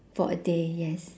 for a day yes